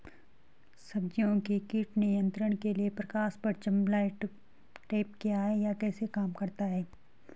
सब्जियों के कीट नियंत्रण के लिए प्रकाश प्रपंच लाइट ट्रैप क्या है यह कैसे काम करता है?